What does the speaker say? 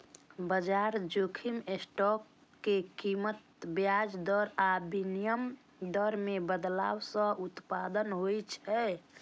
बाजार जोखिम स्टॉक के कीमत, ब्याज दर आ विनिमय दर मे बदलाव सं उत्पन्न होइ छै